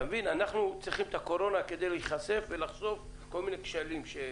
אנחנו צריכים את קורונה כדי להיחשף ולחשוף כל מיני כשלים.